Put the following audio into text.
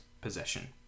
possession